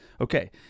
Okay